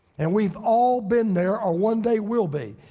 and we've all been there or one day we'll be.